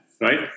right